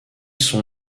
son